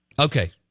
Okay